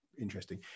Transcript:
interesting